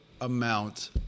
amount